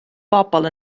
bobl